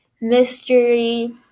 mystery